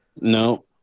No